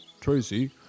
Tracy